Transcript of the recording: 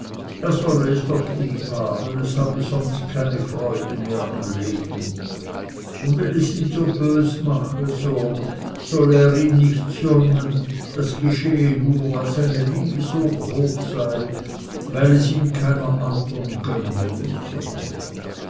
er solle es doch lieb haben es habe sonst keine freude mehr am leben und wenn es ihn so bös mache so solle er ihm nicht zürnen das geschehe nur weil seine liebe so groß sei weil es ihn keiner andern gönne usw